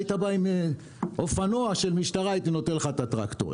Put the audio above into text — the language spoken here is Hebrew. היית בא עם אופנוע של משטרה והייתי נותן לך את הטרקטורים.